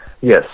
Yes